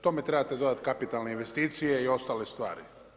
Tome trebate dodati kapitalne investicije i ostale stvari.